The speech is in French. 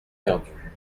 perdu